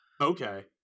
Okay